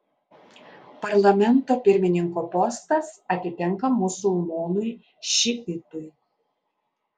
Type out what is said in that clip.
parlamento pirmininko postas atitenka musulmonui šiitui